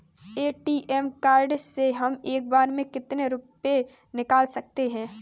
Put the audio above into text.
ATM card से हम एक बार में कितने रुपये निकाल सकते हैं?